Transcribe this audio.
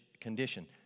condition